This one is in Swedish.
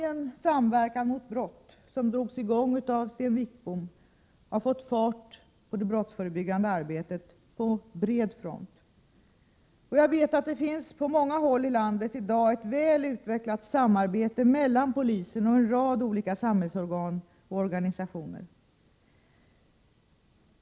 fått fart på det brottsförebyggande arbetet på bred front. Jag vet att det på många håll finns ett väl utvecklat samarbete mellan polisen och en rad olika samhällsorgan och organisationer.